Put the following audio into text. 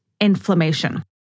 inflammation